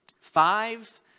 five